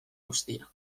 guztia